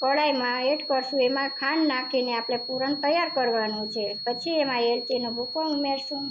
કડાઈમાં add કરીશું એમાં ખાંડ નાખીને આપણે પુરણ તૈયાર કરવાનું છે પછી એમાં ઈલાઈચીનો ભૂક્કો ઉમેરીશું